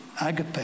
agape